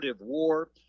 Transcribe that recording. war